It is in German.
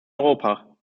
europa